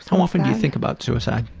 how often do you think about suicide?